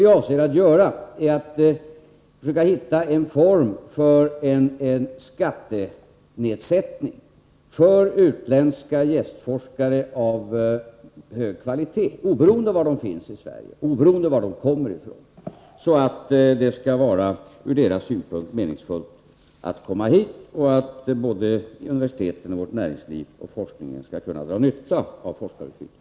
Vi avser att hitta en form för en skattenedsättning för utländska gästforskare av hög kvalitet — oberoende av var de finns i Sverige och oberoende av varifrån de kommer — för att det från deras synpunkt skall vara meningsfullt att komma hit och för att både universiteten, forskningen och vårt näringsliv skall kunna dra nytta av forskarutbildningen.